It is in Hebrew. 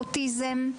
אוטיזם,